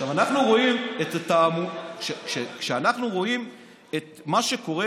עכשיו, אנחנו רואים את, כשאנחנו רואים את מה שקורה